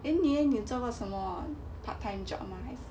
then 你 leh 你做过什么 part time job mah